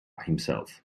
himself